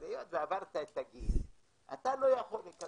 אבל היות ועברת את הגיל - אתה לא יכול לקבל.